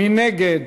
מי נגד?